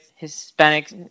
Hispanic